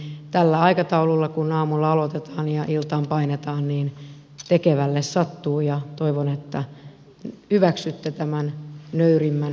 eli tällä aikataululla kun aamulla aloitetaan ja iltaan painetaan niin tekevälle sattuu ja toivon että hyväksytte tämän nöyrimmän pahoitteluni